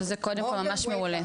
שזה קודם כל ממש מעולה.